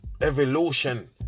Evolution